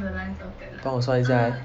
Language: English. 帮我算一下 leh